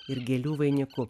ir gėlių vainiku